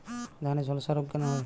ধানে ঝলসা রোগ কেন হয়?